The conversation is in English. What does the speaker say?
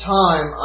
time